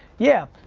yeah.